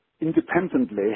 independently